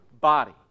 body